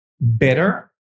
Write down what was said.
better